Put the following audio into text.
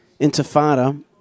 intifada